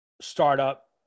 startup